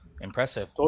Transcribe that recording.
impressive